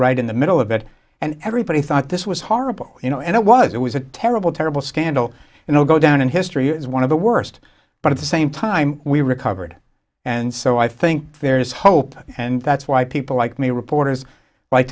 right in the middle of it and everybody thought this was horrible you know and it was it was a terrible terrible scandal and i'll go down in history as one of the worst but at the same time we recovered and so i think there is hope and that's why people like me reporters like